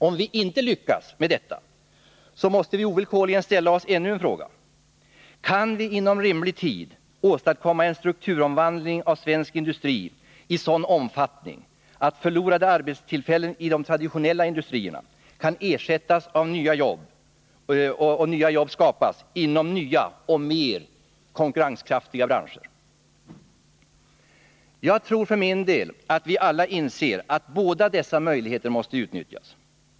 Om vi inte lyckas med detta måste vi ovillkorligen ställa ännu en fråga till oss själva: Kan vi inom rimlig tid åstadkomma en strukturomvandling av svensk industri i sådan omfattning att förlorade arbetstillfällen i de traditionella industrierna kan ersättas och nya jobb skapas inom nya och mer konkurrenskraftiga branscher? Jag tror att vi alla inser att båda dessa möjligheter måste utnyttjas.